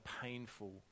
painful